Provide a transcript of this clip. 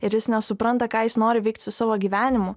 ir jis nesupranta ką jis nori veikt su savo gyvenimu